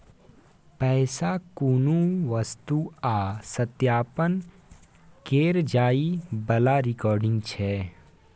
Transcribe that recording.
पैसा कुनु वस्तु आ सत्यापन केर जाइ बला रिकॉर्ड छै